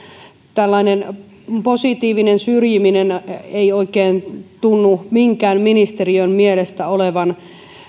tällainen positiivinen syrjiminen ei oikein tuntunut minkään ministeriön mielestä olevan